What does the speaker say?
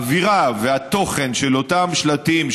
האווירה והתוכן של אותם שלטים,